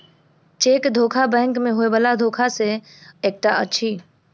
cheque धोखा bank मे होयबला धोखा मे सॅ एकटा अछि